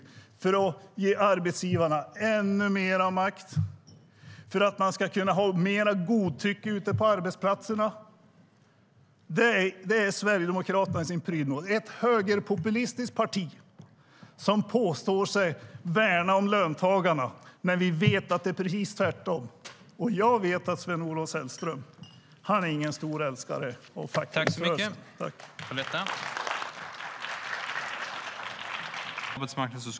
Det är för att ge arbetsgivarna ännu mer makt och för att det ska kunna finnas mer godtycke på arbetsplatserna. Det är Sverigedemokraterna i sin prydno, ett högerpopulistiskt parti som påstår sig värna löntagarna när vi vet att det är precis tvärtom. Jag vet att Sven-Olof Sällström inte är någon stor älskare av fackföreningsrörelsen.(forts.